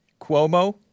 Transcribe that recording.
Cuomo